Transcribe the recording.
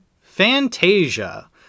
Fantasia